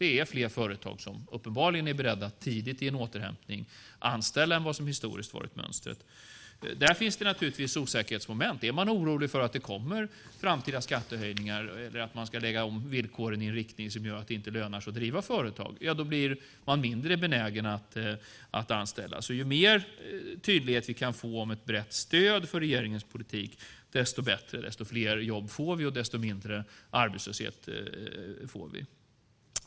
Det är fler företag som uppenbarligen är beredda att tidigt i en återhämtning anställa än vad som historiskt har varit mönstret. Där finns det naturligtvis osäkerhetsmoment. Är man orolig för att det kommer framtida skattehöjningar eller att villkoren ska läggas om i en riktning som gör att det inte lönar sig att driva företag blir man mindre benägen att anställa. Ju mer tydlighet vi kan få om ett brett stöd för regeringens politik, desto fler jobb får vi och desto mindre arbetslöshet får vi.